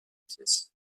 pièces